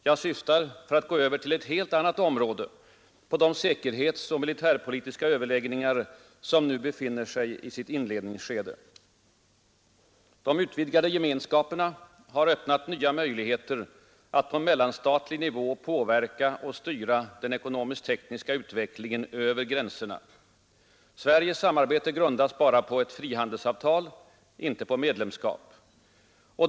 Jag syftar — för att gå över till ett helt annat område — på de säkerhetsoch militärpolitiska överläggningar, som nu befinner sig i sitt inledningsskede. De utvidgade gemenskaperna har öppnat nya möjligheter att på mellanstatlig nivå påverka och styra den ekonomisk-tekniska utvecklingen över gränserna. Sveriges samarbete grundas bara på ett frihandelsavtal, inte på medlemskap.